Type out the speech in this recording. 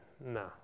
no